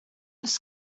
oes